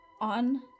On